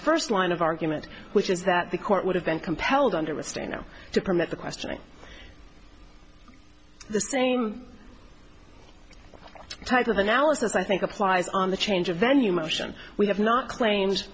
first line of argument which is that the court would have been compelled under mr know to permit the questioning the same type of analysis i think applies on the change of venue motion we have not claim